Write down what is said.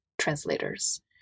translators